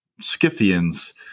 Scythians